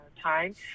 time